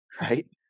right